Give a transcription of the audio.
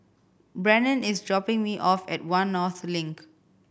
Brennen is dropping me off at One North Link